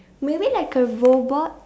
maybe like a robot